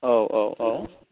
औ औ औ